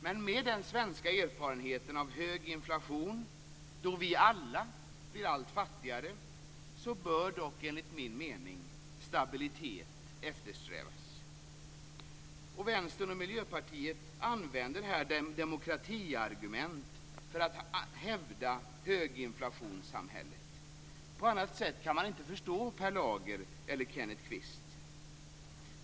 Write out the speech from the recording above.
Men med den svenska erfarenheten av hög inflation, då vi alla blir allt fattigare, bör dock, enligt min mening, stabilitet eftersträvas. Vänstern och Miljöpartiet använder här demokratiargument för att hävda höginflationssamhället. På annat sätt kan man inte förstå Per Lager eller Kenneth Kvist.